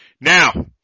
Now